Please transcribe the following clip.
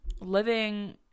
living